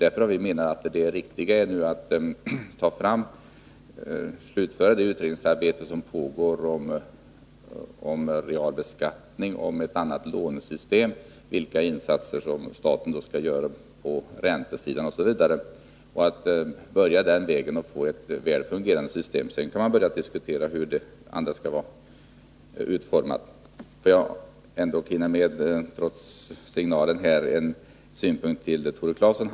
Därför har vi menat att det riktiga nu är att slutföra det utredningsarbete som pågår om real beskattning, ett annat lånesystem, vilka insatser staten skall göra på räntesidan osv. Vi tycker att man bör börja den vägen för att få ett väl fungerande system, och sedan kan man börja diskutera hur det övriga skall vara utformat. Får jag, trots signalen, hinna med ett par synpunkter till Tore Claeson.